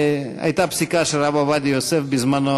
הייתה פסיקה של הרב עובדיה יוסף בזמנו,